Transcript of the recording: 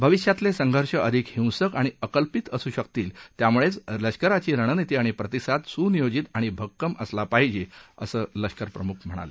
भविष्यातले संघर्ष अधिक हिंसक आणि अकल्पित असू शकतील त्यामुळेच लष्कराची रणनीती आणि प्रतिसाद सुनियोजित आणि भक्कम असला पाहिजे असं लष्करप्रमुखांनी सांगितलं